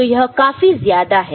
तो यह काफी ज्यादा है